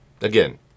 Again